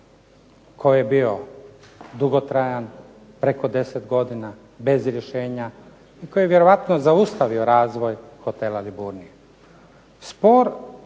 koji je bio dugotrajan, preko 10 godina, bez rješenja, koji je vjerojatno zaustavio razvoj hotela Liburnia.